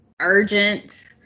urgent